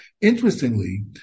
Interestingly